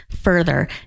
further